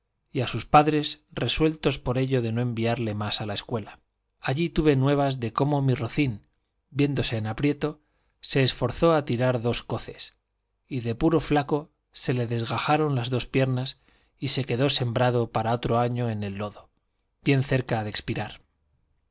y a sus padres resueltos por ello de no enviarle más a la escuela allí tuve nuevas de cómo mi rocín viéndose en aprieto se esforzó a tirar dos coces y de puro flaco se le desgajaron las dos piernas y se quedó sembrado para otro año en el lodo bien cerca de expirar